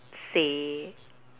say